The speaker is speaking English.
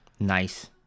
Nice